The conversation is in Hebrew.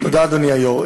תודה, אדוני היושב-ראש.